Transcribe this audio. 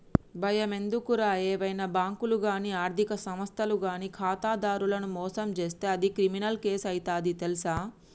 బయమెందుకురా ఏవైనా బాంకులు గానీ ఆర్థిక సంస్థలు గానీ ఖాతాదారులను మోసం జేస్తే అది క్రిమినల్ కేసు అయితది తెల్సా